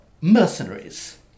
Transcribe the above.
mercenaries